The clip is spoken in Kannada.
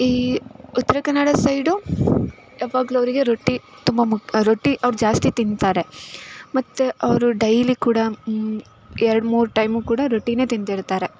ಈ ಉತ್ತರ ಕನ್ನಡ ಸೈಡು ಯಾವಾಗ್ಲೂ ಅವರಿಗೆ ರೊಟ್ಟಿ ತುಂಬ ಮು ರೊಟ್ಟಿ ಅವ್ರು ಜಾಸ್ತಿ ತಿಂತಾರೆ ಮತ್ತು ಅವರು ಡೈಲಿ ಕೂಡ ಎರಡು ಮೂರು ಟೈಮು ಕೂಡ ರೊಟ್ಟಿಯೇ ತಿಂತಿರ್ತಾರೆ